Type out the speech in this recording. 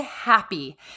happy